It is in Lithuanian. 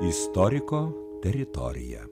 istoriko teritorija